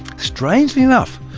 strangely enough,